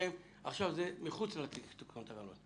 מצד אחד,